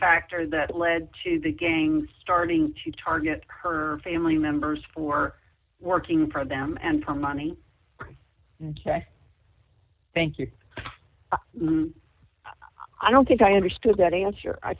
factor that led to the gangs starting to target her family members for working for them and for money ok thank you i don't think i understood that answer i